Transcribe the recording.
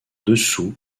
dessous